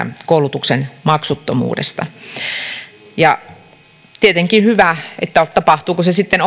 koulutuksen maksuttomuudesta se on tietenkin hyvä tapahtuuko se sitten